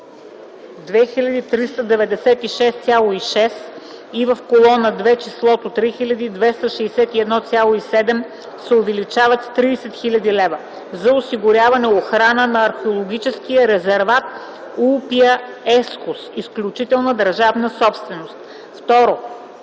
„2396,6” и в колона 2 числото „3261,7 се увеличават с 30 хил. лв. (за осигуряване на охрана на археологическия резерват „Улпия Ескус” – изключителна държавна собственост). 2.